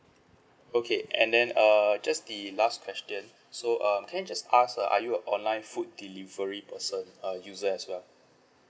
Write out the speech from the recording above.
okay and then err just the last question so um can I just ask uh are you a online food delivery person a user as well